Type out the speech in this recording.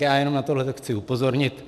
Já jenom na tohle chci upozornit.